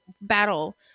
battle